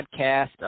podcast